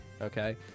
okay